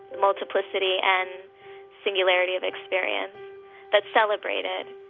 multiplicity and singularity of experience that's celebrated.